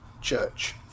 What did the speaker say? church